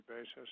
basis